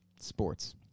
Sports